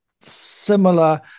similar